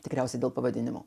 tikriausiai dėl pavadinimo